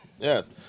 yes